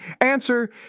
Answer